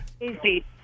Easy